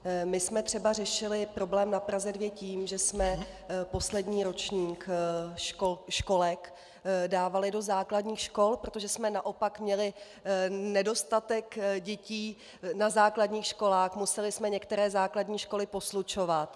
My jsme třeba řešili problém na Praze 2 tím, že jsme poslední ročník školek dávali do základních škol, protože jsme naopak měli nedostatek dětí na základních školách, museli jsme některé základní školy poslučovat.